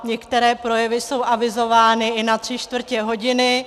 Některé projevy jsou avizovány i na tři čtvrtě hodiny.